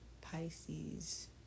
Pisces